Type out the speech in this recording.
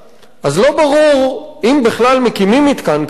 אז לא ברור, אם בכלל מקימים מתקן כזה,